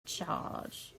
charge